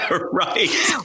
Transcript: Right